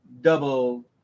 double